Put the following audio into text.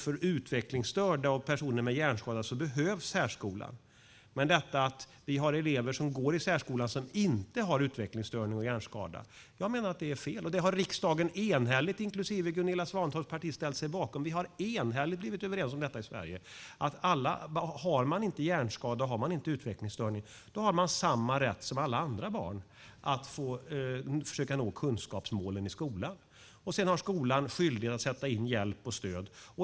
För utvecklingsstörda och för personer med hjärnskada behövs särskolan, men att vi har elever som går i särskolan som inte har utvecklingsstörning eller hjärnskada menar jag är fel. Det har riksdagen enhälligt, inklusive Gunilla Svantorps parti, ställt sig bakom. Vi har i Sverige enhälligt blivit överens om att ifall man inte har hjärnskada eller utvecklingsstörning har man samma rätt som alla andra barn att försöka nå kunskapsmålen i skolan. Sedan har skolan skyldighet att sätta in hjälp och stöd.